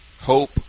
hope